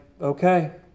okay